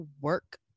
work